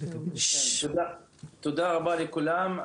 תודה רבה לכולם.